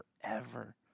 forever